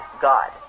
God